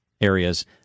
areas